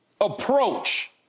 approach